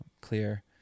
clear